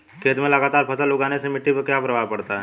खेत में लगातार फसल उगाने से मिट्टी पर क्या प्रभाव पड़ता है?